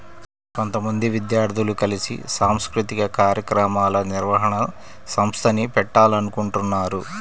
కొంతమంది విద్యార్థులు కలిసి సాంస్కృతిక కార్యక్రమాల నిర్వహణ సంస్థని పెట్టాలనుకుంటన్నారు